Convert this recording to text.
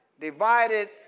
Divided